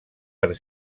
per